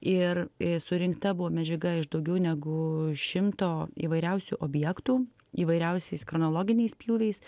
ir surinkta buvo medžiaga iš daugiau negu šimto įvairiausių objektų įvairiausiais chronologiniais pjūviais